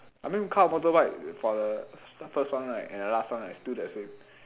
I mean car or motorbike for the first one right and the last one right still the same